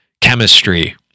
chemistry